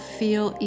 feel